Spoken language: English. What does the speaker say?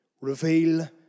Reveal